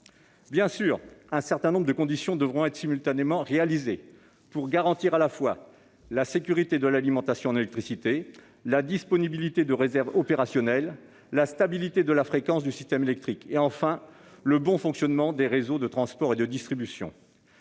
Bien sûr, un certain nombre de conditions devront être réunies pour garantir à la fois la sécurité de l'alimentation en électricité, la disponibilité de réserves opérationnelles, la stabilité de la fréquence du système électrique et, enfin, le bon fonctionnement des réseaux de transport et de distribution.